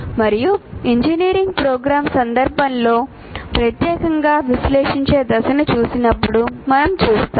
మరియు engineering program సందర్భంలో ప్రత్యేకంగా విశ్లేషించే దశను చూసినప్పుడు మనం చూస్తాము